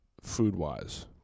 food-wise